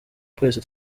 twese